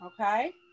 Okay